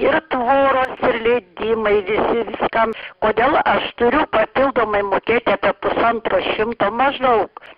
ir tvoros ir leidimai visi viskams kodėl aš turiu papildomai mokėti apie pusantro šimto maždaug